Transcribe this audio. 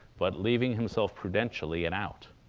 but leaving himself prudentially an out.